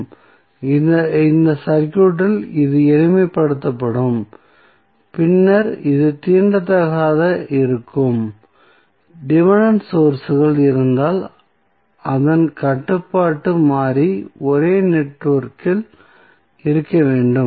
எனவே இந்த சர்க்யூட்டில் இது எளிமைப்படுத்தப்படும் பின்னர் இது தீண்டத்தகாததாக இருக்கும் டிபென்டென்ட் சோர்ஸ்கள் இருந்தால் அதன் கட்டுப்பாட்டு மாறி ஒரே நெட்வொர்க்கில் இருக்க வேண்டும்